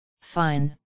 Fine